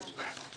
חיימוביץ',